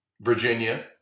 Virginia